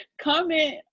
comment